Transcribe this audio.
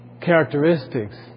characteristics